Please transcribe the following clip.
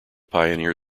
pioneer